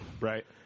Right